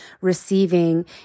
receiving